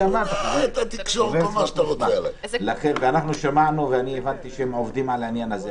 אני הבנתי שהם עובדים על העניין הזה.